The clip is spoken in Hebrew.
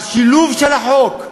השילוב של החוק,